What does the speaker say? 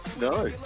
no